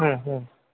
হুম হুম